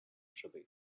设备